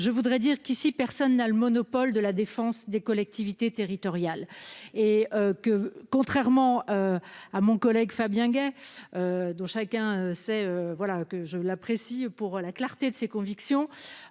Je voudrais dire qu'ici, personne n'a le monopole de la défense des collectivités territoriales et que contrairement. À mon collègue Fabien Gay. Dont chacun sait voilà que je l'apprécie pour la clarté de ses convictions